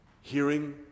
hearing